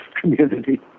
community